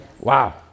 Wow